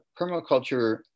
permaculture